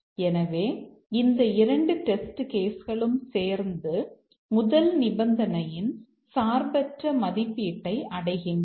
எனவே இந்த 2 test case களும் சேர்ந்து முதல் நிபந்தனையின் சார்பற்ற மதிப்பீட்டை அடைகின்றன